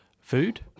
Food